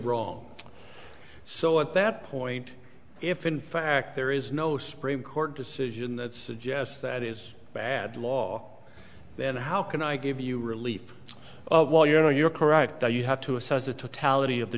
wrong so at that point if in fact there is no supreme court decision that suggests that is bad law then how can i give you relief while you know you're correct that you have to assess the t